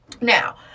Now